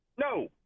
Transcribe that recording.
No